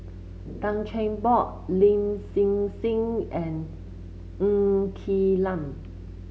Tan Cheng Bock Lin Hsin Hsin and Ng Quee Lam